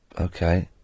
Okay